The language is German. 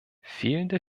fehlende